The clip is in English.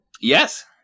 Yes